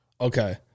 Okay